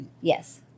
yes